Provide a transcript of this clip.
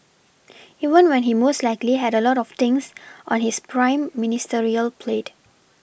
even when he most likely had a lot of things on his prime Ministerial plate